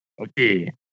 Okay